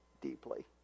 deeply